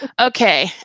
Okay